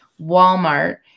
Walmart